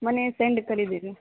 મને સેન્ડ કરી દેજે